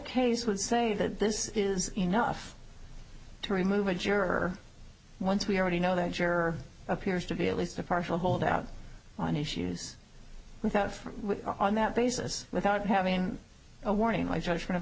case would say that this is enough to remove a juror once we already know that juror appears to be at least a partial holdout on issues without from on that basis without having a warning my judgment of